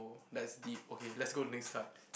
that's deep okay let's go to the next card